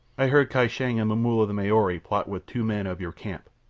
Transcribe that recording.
i heard kai shang and momulla the maori plot with two men of your camp.